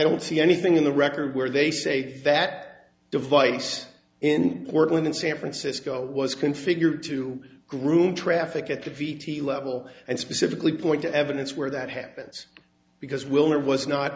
don't see anything in the record where they say that device in portland in san francisco was configured to groom traffic at the v t level and specifically point to evidence where that happens because we'll know was not